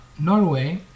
Norway